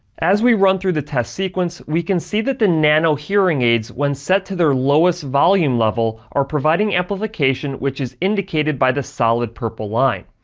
as we run through the test sequence, we can see that the nano hearing aids, when set to their lowest volume level, are providing amplification which is indicated by the solid purple line.